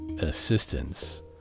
assistance